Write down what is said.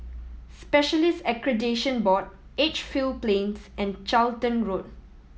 Specialists Accreditation Board Edgefield Plains and Charlton Road